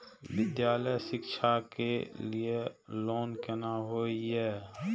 विद्यालय शिक्षा के लिय लोन केना होय ये?